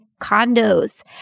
condos